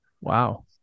Wow